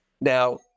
Now